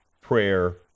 prayer